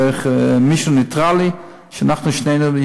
דרך מישהו נייטרלי שאנחנו שנינו,